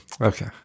Okay